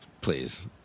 Please